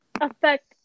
affect